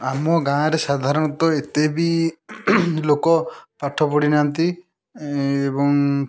ଆମ ଗାଁରେ ସାଧାରଣତଃ ଏତେବି ଲୋକ ପାଠ ପଢ଼ିନାହାଁନ୍ତି ଏବଂ